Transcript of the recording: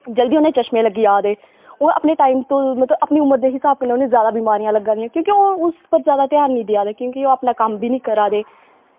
जल्दी उनें चश्में लग्गी जा दे हून अपने टाईम तो मकलव अपनी उमर दे हिसाब न उनें जादा बमारियां लग्गा दियां क्योंकि ओह् उस पर जादा ध्यान नी देआ दे क्योंकि ओह् अपना कम्म बी नी करा दे